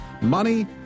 money